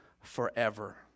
forever